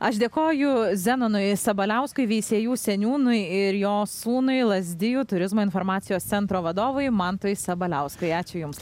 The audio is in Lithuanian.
aš dėkoju zenonui sabaliauskui veisiejų seniūnui ir jo sūnui lazdijų turizmo informacijos centro vadovui mantui sabaliauskui ačiū jums